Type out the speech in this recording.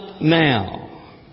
Now